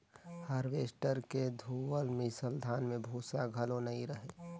harvester के लुअल मिसल धान में भूसा घलो नई रहें